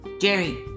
Jerry